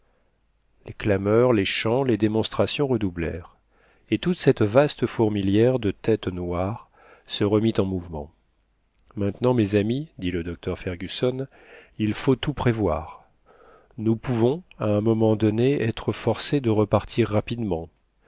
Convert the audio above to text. les clameurs les chants les démonstrations redoublèrent et toute cette vaste fourmilière de têtes noires se remit en mouvement maintenant mes amis dit le docteur fergusson il faut tout prévoir nous pouvons à un moment donné être forcés de repartir rapidement